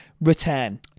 return